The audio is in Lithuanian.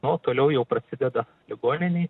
nu o toliau jau prasideda ligoninėj